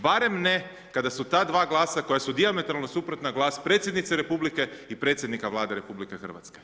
Barem ne kada su ta dva glasa koja su dijametralno suprotna glas predsjednice RH i predsjednika Vlade RH.